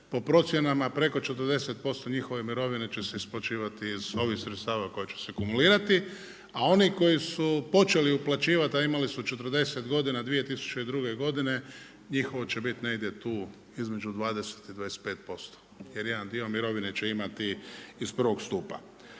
po procjenama preko 40% njihove mirovine će se isplaćivati iz ovih sredstava koja će se kumulirati. A oni koji su počeli uplaćivati, a imali su 40 godina 2002. godine njihovo će biti negdje tu između 20 i 25% jer jedan dio mirovine će imati iz prvog stupa.